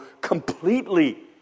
completely